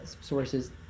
sources